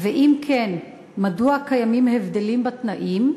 2. אם כן, מדוע קיימים הבדלים בתנאים?